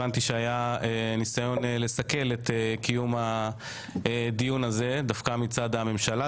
הבנתי שהיה ניסיון לסכל את קיומו דווקא מצד הממשלה,